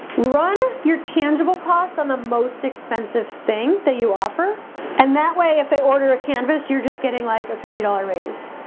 run your tangible costs on the most expensive thing that you offer and that way if they order a canvas you're just getting like a fifty dollars raise.